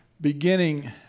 beginning